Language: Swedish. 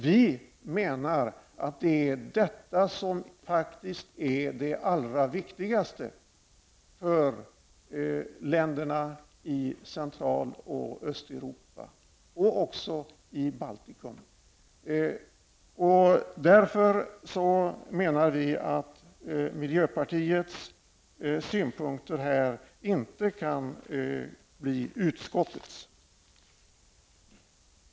Vi menar att detta faktiskt är det allra viktigaste för länderna i Central och Östeuropa och även i Baltikum. Därför kan inte miljöpartiets synpunkter här bli utskottets.